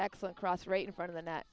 excellent cross right in front of the net